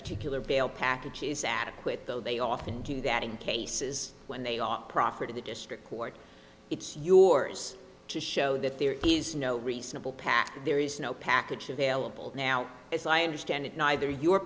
particular bail package is adequate though they often do that in cases when they ought proffer to the district court it's yours to show that there is no reasonable path there is no package available now as i understand it neither your